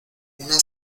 una